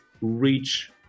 reach